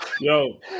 Yo